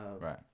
right